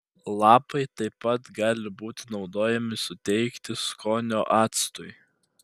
lapai taip pat gali būti naudojami suteikti skonio actui